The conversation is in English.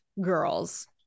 girls